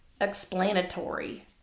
explanatory